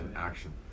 action